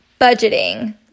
budgeting